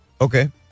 Okay